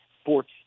sports